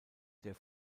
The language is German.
der